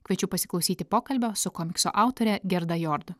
kviečiu pasiklausyti pokalbio su komiksų autore gerda jord